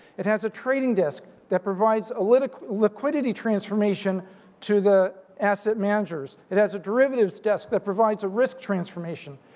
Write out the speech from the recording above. it has a trading desk that provides a little liquidity transformation to the asset managers. it has a derivatives desk that provides a risk transformation.